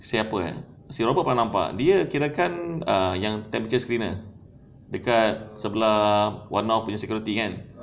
siapa eh mesti kau pernah nampak dia kirakan uh yang temperature screener dekat sebelah one north security kan